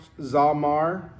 zamar